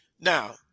Now